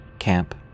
Camp